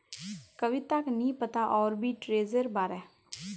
कविताक नी पता आर्बिट्रेजेर बारे